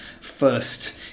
first